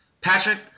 Patrick